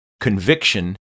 conviction